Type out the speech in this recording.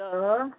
तऽ घर